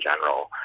general